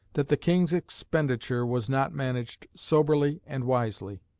that the king's expenditure was not managed soberly and wisely.